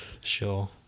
Sure